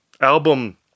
album